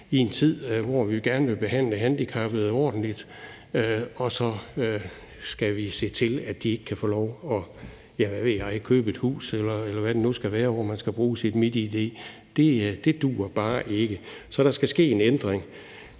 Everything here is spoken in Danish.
i en tid, hvor vi gerne vil behandle handicappede ordentligt, at vi har nogle mennesker, som ikke kan få lov til at, hvad ved jeg, købe et hus, eller hvad det nu skal være, hvor man skal bruge sit MitID. Det duer bare ikke, så der skal ske en ændring.